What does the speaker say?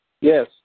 Yes